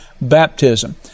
baptism